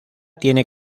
tiene